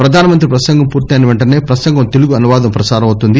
ప్రధాన మంత్రి ప్రసంగం పూర్తయిన వెంటసే ప్రసంగం తెలుగు అనువాదం ప్రసారం అవుతుంది